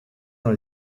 dans